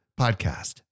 podcast